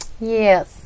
Yes